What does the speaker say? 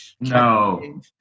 No